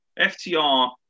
ftr